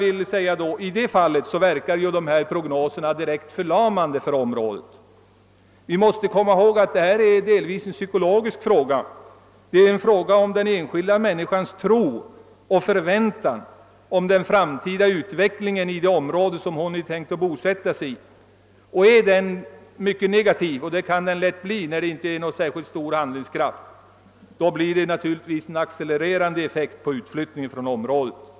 I sådana fall verkar ju prognoserna direkt förlamande i avfolkningsområdena. Vi måste komma ihåg att detta delvis är en psykologisk fråga, en fråga om den enskilda människans tro på och förväntan om den framtida utvecklingen i det område som hon tänker bo i. är förväntan mycket negativ, och det kan den lätt bli då den lokaliseringspolitiska handlingskraften inte är särskilt stor, blir det naturligtvis en accelererande effekt på utflyttningen från området i fråga.